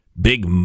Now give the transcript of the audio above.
big